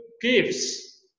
gifts